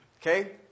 Okay